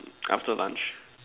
after lunch